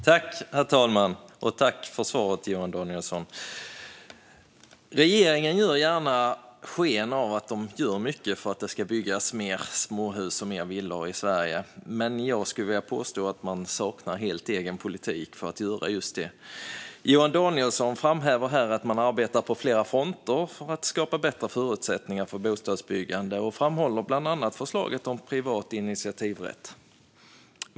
Herr talman! Tack, Johan Danielsson, för svaret! Regeringen ger gärna sken av att man gör mycket för att det ska byggas mer småhus och villor i Sverige, men jag skulle vilja påstå att man helt saknar egen politik för att göra just detta. Johan Danielsson framhäver att man arbetar på flera fronter för att skapa bättre förutsättningar för bostadsbyggande. Han framhåller bland annat förslaget om privat initiativrätt.